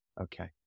Okay